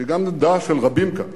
שהיא גם עמדה של רבים כאן,